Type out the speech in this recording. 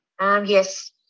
Yes